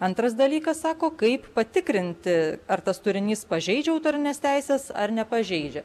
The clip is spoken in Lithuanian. antras dalykas sako kaip patikrinti ar tas turinys pažeidžia autorines teises ar nepažeidžia